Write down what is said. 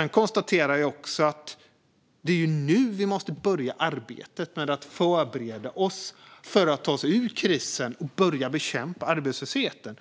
Jag konstaterar också att det är nu vi måste börja arbetet med att förbereda oss för att ta oss ur krisen och börja bekämpa arbetslösheten.